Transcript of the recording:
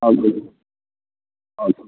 ആ okay okay